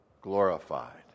glorified